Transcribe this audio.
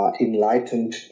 enlightened